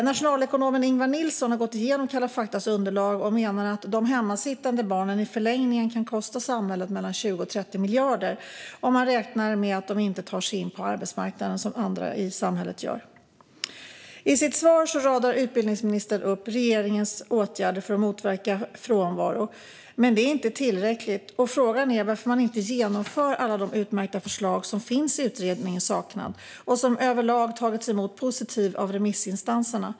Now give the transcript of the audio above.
Nationalekonomen Ingvar Nilsson har gått igenom Kalla faktas underlag och menar att de hemmasittande barnen i förlängningen kan kosta samhället mellan 20 och 30 miljarder, om man räknar med att de inte tar sig in på arbetsmarknaden som andra i samhället gör. I sitt svar radar utbildningsministern upp regeringens åtgärder för att motverka frånvaro, men de är inte tillräckliga. Frågan är varför man inte genomför alla de utmärkta förslag som finns utredningen Saknad! och som överlag har tagits emot positivt av remissinstanserna.